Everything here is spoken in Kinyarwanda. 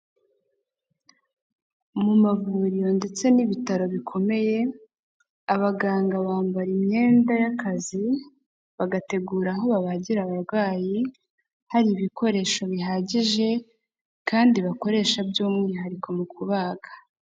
Mu mavuriro ndetse n'ibitaro bikomeye, abaganga bambara imyenda y'akazi, bagategura aho babagira abarwayi, hari ibikoresho bihagije, kandi bakoresha by'umwihariko mu kubaga.